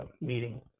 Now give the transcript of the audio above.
meeting